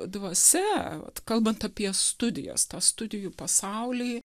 dvasia vat kalbant apie studijas tą studijų pasaulį